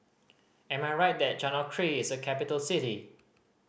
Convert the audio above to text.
am I right that Conakry is a capital city